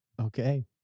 Okay